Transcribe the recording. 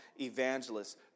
evangelists